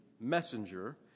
messenger